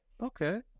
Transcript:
Okay